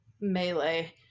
melee